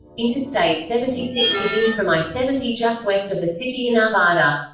interstate seventy six begins from i seventy just west of the city in arvada.